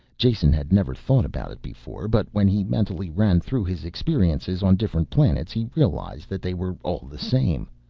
jason had never thought about it before, but when he mentally ran through his experiences on different planets he realized that they were all the same.